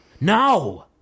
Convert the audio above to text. No